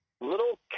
little